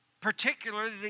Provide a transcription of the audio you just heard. Particularly